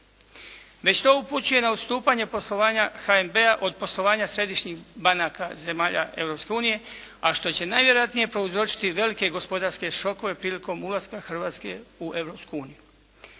Već to upućuje na odstupanje poslovanja HNB-a od poslovanja središnjih banaka zemalja Europske unije, a što će najvjerojatnije prouzročiti velike gospodarske šokove prilikom ulaska Hrvatske u